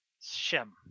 Shem